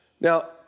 Now